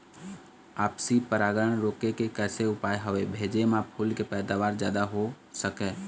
आपसी परागण रोके के कैसे उपाय हवे भेजे मा फूल के पैदावार जादा हों सके?